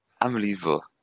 unbelievable